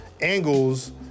angles